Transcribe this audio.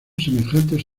semejantes